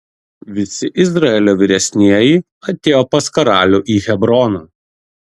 visi izraelio vyresnieji atėjo pas karalių į hebroną